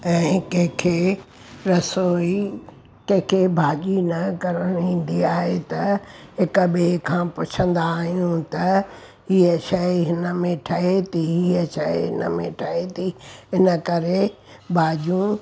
ऐं कंहिंखे रसोई कंहिंखे भाॼी न करणु ईंदी आहे त हिक ॿिए खां पुछंदा आहियूं त ईअं शइ हिन में ठहे थी ईअं शइ हिन में ठहे थी हिन करे भाॼियूं